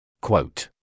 Quote